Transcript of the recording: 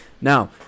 Now